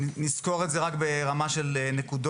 נסקור את זה רק ברמה של נקודות.